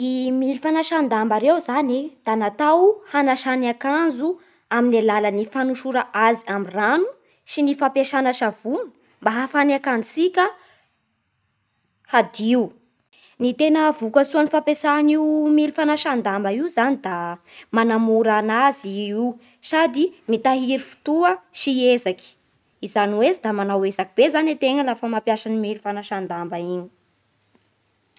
Ny mily fagnasan-damba reo zany da natao hagnasany akanjo amin'gny alalan'gny fanosora azy amin'ny rano sy gny fampiasana savony mba ahafahan'ny akanjotsika hadio. Ny tena vokatsoa angn'io mily fagnasan-damba io zan da manamora anazy io sady mitahiry fotoa sy ezaky. izany oe tsy da manao ezaky be zany antegna lafa mampiasa mily fagnasan-damba iny